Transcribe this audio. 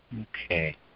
Okay